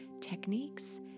techniques